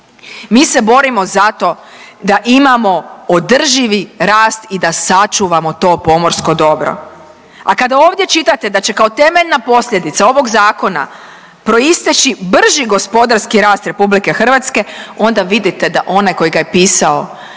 mi se borimo za to da imamo održivi rast i da sačuvamo to pomorsko dobro. A kada ovdje čitate da će kao temeljna posljedica ovog zakona proisteći brži gospodarski rast RH, onda vidite da onaj koji ga je pisao